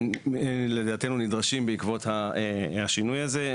שלדעתנו נדרשים בעקבות השינוי הזה.